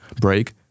break